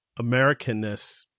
Americanness